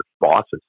bosses